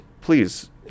please